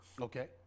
Okay